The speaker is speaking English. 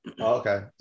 Okay